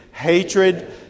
Hatred